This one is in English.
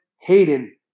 Hayden